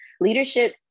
leadership